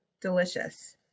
delicious